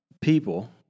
people